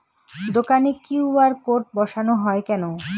দোকানে QR code বসানো হয় কেন?